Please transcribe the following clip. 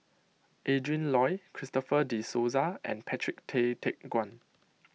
Adrin Loi Christopher De Souza and Patrick Tay Teck Guan